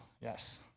yes